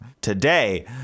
Today